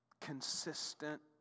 consistent